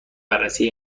بررسی